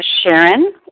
Sharon